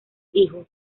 hijos